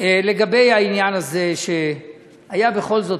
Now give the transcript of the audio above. לגבי העניין הזה שהיה בכל זאת,